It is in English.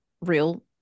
real